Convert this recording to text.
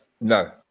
no